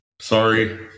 Sorry